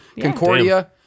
Concordia